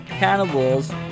cannibals